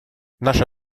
наша